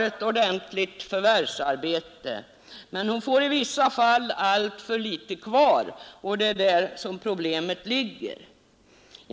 i ett ordentligt förvärvsarbete, men hon får i vissa fall alltför litet pengar kvar. Det är där problemet ligger.